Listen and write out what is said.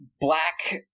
black